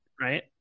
Right